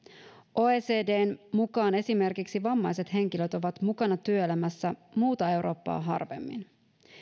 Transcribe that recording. oecdn mukaan esimerkiksi vammaiset henkilöt ovat mukana työelämässä muuta eurooppaa harvemmin